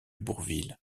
bourvil